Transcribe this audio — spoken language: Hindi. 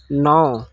नौ